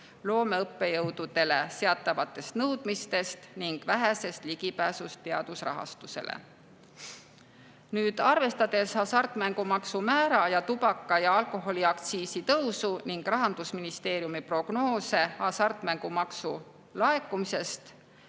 loomeõppejõududele seatavatest nõudmistest ning vähesest ligipääsust teadusrahastusele. Arvestades, et hasartmängumaksu määrad ja tubaka- ja alkoholiaktsiis tõusevad, ning [võttes arvesse] Rahandusministeeriumi prognoose hasartmängumaksu laekumise